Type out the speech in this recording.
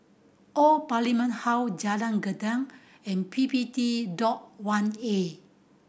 Old Parliament House Jalan Geneng and P P T Lodge One A